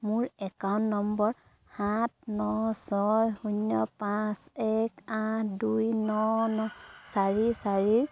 মোৰ account number সাত ন ছয় শূন্য পাঁচ এক আঠ দুই ন ন চাৰি চাৰিৰ